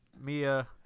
mia